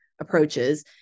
approaches